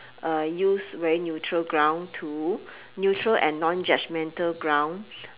uh use very neutral ground to neutral and non-judgemental ground